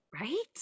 Right